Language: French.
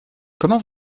comment